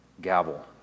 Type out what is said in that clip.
gavel